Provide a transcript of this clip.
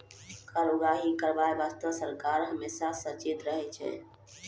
कर उगाही करबाय बासतें सरकार हमेसा सचेत रहै छै